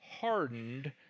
hardened